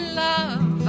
love